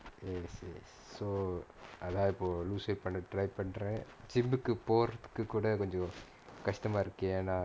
yes yes so ஆனா இப்போ:aanaa ippo lose weight பண்ண:panna try பண்ற:pandra gym போறத்துக்கு கூட கஷ்டமா இருக்கு ஏன்னா:porathukku kooda kashtamaa irukku yaennaa